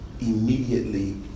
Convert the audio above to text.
immediately